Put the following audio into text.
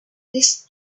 this